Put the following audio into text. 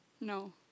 No